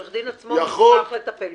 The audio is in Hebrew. עורך דין עצמון הוסמך לטפל בזה.